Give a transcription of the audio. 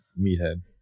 meathead